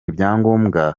ibyangombwa